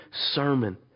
sermon